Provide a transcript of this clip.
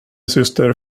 syster